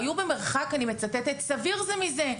היו במרחק ואני מצטטת "סביר זה מזה".